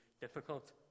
difficult